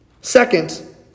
Second